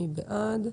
מי בעד?